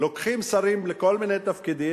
לוקחים שרים לכל מיני תפקידים,